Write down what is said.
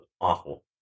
awful